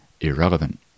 irrelevant